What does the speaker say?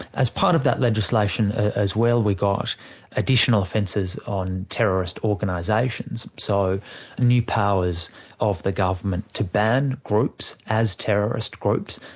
as part of that legislation as well, we got additional offences on terrorist organisations. so new powers of the government to ban groups as terrorist groups,